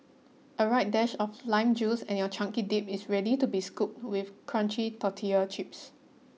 a right dash of lime juice and your chunky dip is ready to be scooped with crunchy tortilla chips